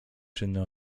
czynny